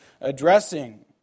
addressing